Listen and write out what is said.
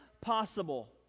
possible